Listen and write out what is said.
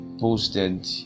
posted